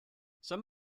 some